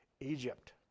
Egypt